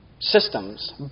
systems